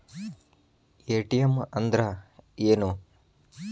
ATM ಅಂದ್ರ ಏನು?